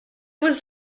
was